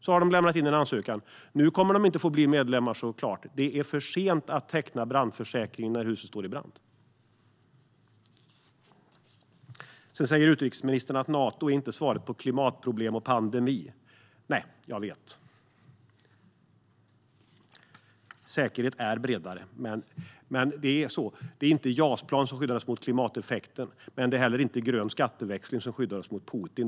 Nu kommer Ukraina såklart inte att få bli medlem. Det är för sent att teckna brandförsäkring när huset står i brand. Utrikesministern säger att Nato inte är svaret på klimatproblem och pandemier. Nej, jag vet. Säkerhet är bredare. Men det är så. Det är inte JAS-plan som skyddar oss mot klimateffekten, men det är heller inte grön skatteväxling som skyddar oss mot Putin.